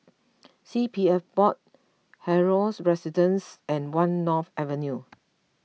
C P F Board Helios Residences and one North Avenue